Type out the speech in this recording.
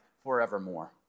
Forevermore